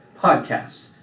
Podcast